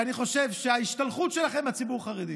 שאני חושב שההשתלחות שלכם בציבור החרדי